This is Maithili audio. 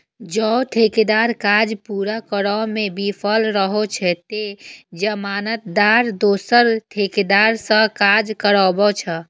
जौं ठेकेदार काज पूरा करै मे विफल रहै छै, ते जमानतदार दोसर ठेकेदार सं काज कराबै छै